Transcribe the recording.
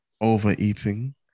overeating